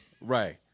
Right